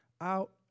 out